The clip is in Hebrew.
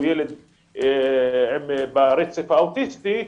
או ילד ברצף האוטיסטי,